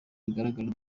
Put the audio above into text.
bigaragara